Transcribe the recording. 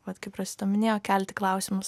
vat kaip rosita minėjo kelti klausimus